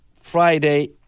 friday